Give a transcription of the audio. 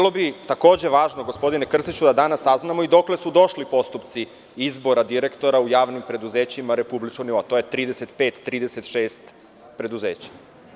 Gospodine Krstiću, bilo bi važno da danas saznamo i dokle su došli postupci izbora direktora u javnim preduzećima republičkog nivoa, to je 35-36 preduzeća?